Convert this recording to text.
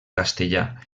castellà